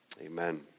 amen